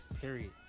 period